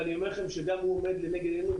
ואני אומר לכם שגם הוא עומד לנגד עינינו.